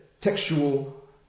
textual